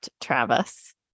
travis